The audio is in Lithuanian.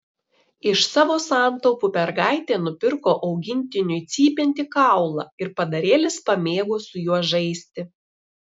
iš savo santaupų mergaitė nupirko augintiniui cypiantį kaulą ir padarėlis pamėgo su juo žaisti